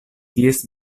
ties